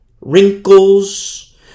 wrinkles